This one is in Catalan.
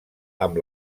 amb